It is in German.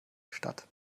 statt